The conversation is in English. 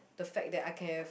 the fact that I can have